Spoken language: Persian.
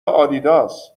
آدیداس